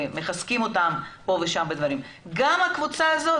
מחזקים אותם פה ושם בדברים גם הקבוצה הזאת,